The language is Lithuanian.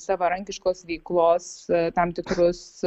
savarankiškos veiklos tam tikrus